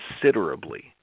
considerably